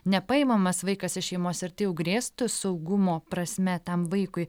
nepaimamas vaikas iš šeimos ir tai jau grėstų saugumo prasme tam vaikui